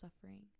suffering